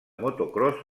motocròs